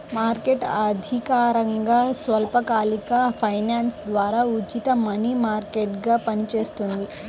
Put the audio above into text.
market అధికారికంగా స్వల్పకాలిక finance ద్వారా ఉచిత మనీ మార్కెట్గా పనిచేస్తుంది